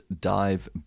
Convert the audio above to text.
dive